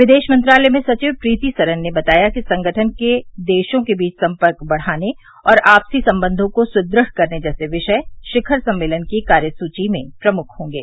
विदेश मंत्रालय में सचिव प्रीति सरन ने बताया कि संगठन के देशों के बीच संपर्क बढ़ाने और आपसी संबंधों को सुद्ध करने जैसे विषय शिखर सम्मेलन की कार्यसूची में प्रमुख होंगे